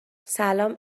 سلام